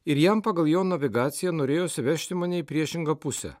ir jam pagal jo navigaciją norėjosi vežti mane į priešingą pusę